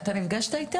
אתה נפגשת איתה?